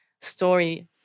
story